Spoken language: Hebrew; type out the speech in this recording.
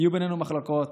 יהיו בינינו מחלוקות,